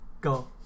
Go